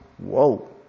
Whoa